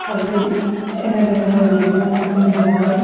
আজি এনে ধৰণৰ বিভিন্ন কম্পেনীসমূহৰ